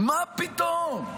מה פתאום?